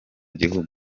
gihugu